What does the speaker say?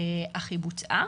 אך היא בוצעה.